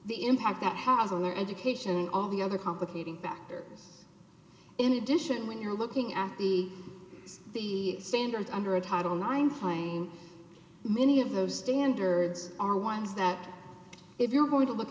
the impact that has a lower education all the other complicating factor in addition when you're looking at the standard under a title line fine many of those standards are ones that if you're going to look